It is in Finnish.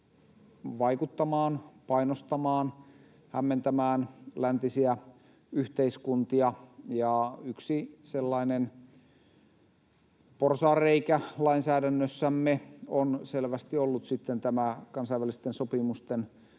vaikuttamaan, painostamaan, hämmentämään läntisiä yhteiskuntia. Yksi sellainen porsaanreikä lainsäädännössämme on selvästi ollut tämä kansainvälisten sopimusten